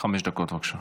חמש דקות, בבקשה.